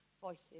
Voices